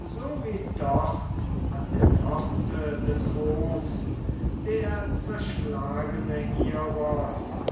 so wie dort an der pforte des hofs der zerschlagene